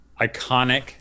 iconic